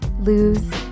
Lose